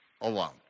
alone